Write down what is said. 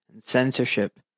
censorship